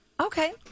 Okay